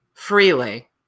Freely